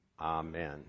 Amen